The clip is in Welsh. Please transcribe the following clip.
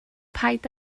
paid